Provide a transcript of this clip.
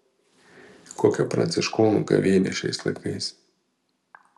kokia pranciškonų gavėnia šiais laikais